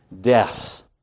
death